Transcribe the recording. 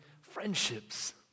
friendships